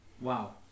wow